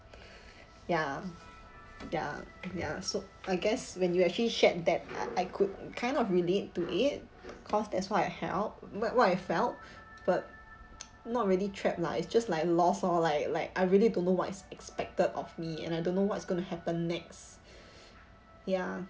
ya ya ya so I guess when you actually shared that uh I could kind of relate to it cause that's why I help but what I felt but not really trapped lah it's just like lost hor like like I really don't know what is expected of me and I don't know what's going to happen next ya